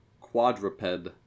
quadruped